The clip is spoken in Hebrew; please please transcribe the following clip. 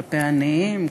כלפי עניים,